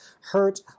hurt